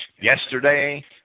Yesterday